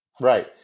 Right